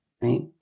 right